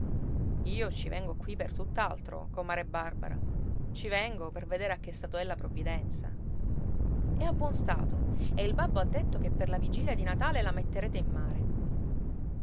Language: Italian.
io ci vengo qui per tutt'altro comare barbara ci vengo per vedere a che stato è la provvidenza è a buon stato e il babbo ha detto che per la vigilia di natale la metterete in mare